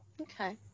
Okay